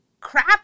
crap